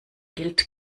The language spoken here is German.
gilt